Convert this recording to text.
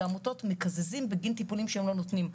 שלעמותות מקזזים בגין טיפולים שהם לא נותנים,